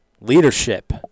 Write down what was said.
leadership